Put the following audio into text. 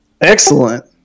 Excellent